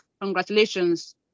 congratulations